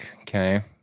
okay